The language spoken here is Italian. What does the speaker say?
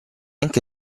anche